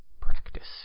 practice